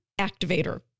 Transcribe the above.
activator